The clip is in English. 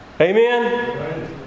Amen